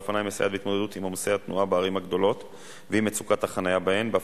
להצביע בקריאה שלישית?